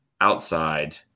outside